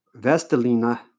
Vestalina